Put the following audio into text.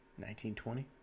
1920